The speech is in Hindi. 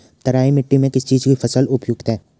तराई मिट्टी में किस चीज़ की फसल उपयुक्त है?